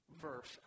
verse